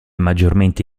maggiormente